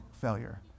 failure